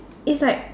it's like